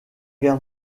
guerre